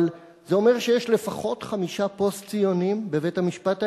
אבל זה אומר שיש לפחות חמישה פוסט-ציונים בבית-המשפט העליון,